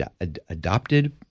adopted